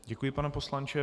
Děkuji, pane poslanče.